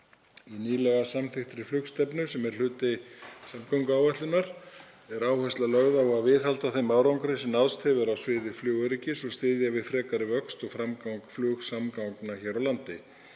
Í nýlega samþykktri flugstefnu, sem er hluti samgönguáætlunar, er áhersla lögð á að viðhalda þeim árangri sem náðst hefur á sviði flugöryggis og styðja við frekari vöxt og framgang flugsamgangna hér á landi.